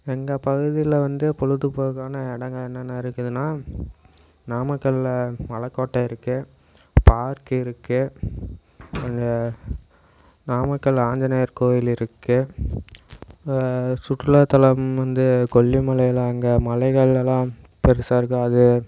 எங்கள் பகுதியில் வந்து பொழுது போக்கான இடங்கள் என்னென்ன இருக்குதுனா நாமக்கலில் மலைக்கோட்டை இருக்குது பார்க் இருக்குது நாமக்கல் ஆஞ்சிநேயர் கோவிலு இருக்குது சுற்றுலா தலம் வந்து கொல்லிமலையெலாம் எங்கள் மலைகள் எல்லாம் பெருசாக இருக்கும் அது